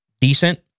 decent